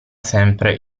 sempre